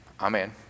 amen